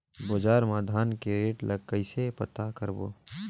बजार मा धान के रेट ला कइसे पता करबो?